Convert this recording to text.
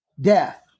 death